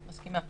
מסכימה.